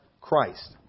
Christ